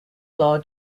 law